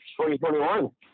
2021